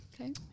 Okay